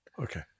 Okay